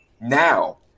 Now